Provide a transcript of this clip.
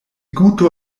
guto